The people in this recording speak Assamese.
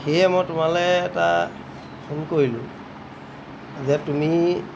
সেয়ে মই তোমালৈ এটা ফোন কৰিলোঁ যে তুমি